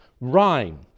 rhyme